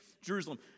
Jerusalem